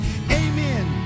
amen